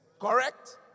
Correct